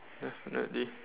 definitely